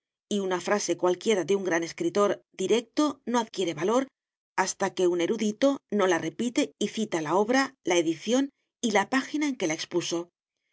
y una frase cualquiera de un gran escritor directo no adquiere valor hasta que un erudito no la repite y cita la obra la edición y la página en que la expuso